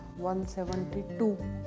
172